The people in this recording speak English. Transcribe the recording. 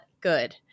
good